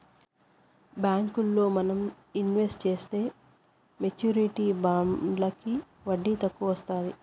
బ్యాంకుల్లో మనం ఇన్వెస్ట్ చేసే మెచ్యూరిటీ బాండ్లకి వడ్డీ ఎక్కువ వత్తాది